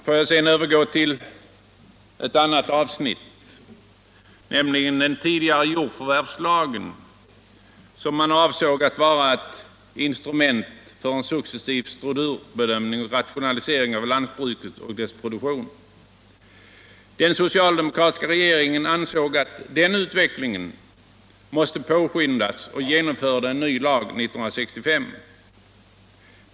Får jag sedan övergå till ett annat avsnitt, niämligen den tidigare jordförvärvslagen, som man avsåg skulle vara ett instrument för en successiv strukturförändring och rationalisering av lantbruket och dess produktion. Den socialdemokratiska regeringen ansåg att den utvecklingen måste påskyndas och genomförde en ny lag 1965.